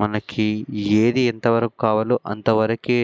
మనకి ఏది ఎంతవరకు కావాలో అంతవరకే